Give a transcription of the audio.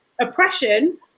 oppression